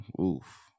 Oof